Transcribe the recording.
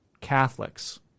Catholics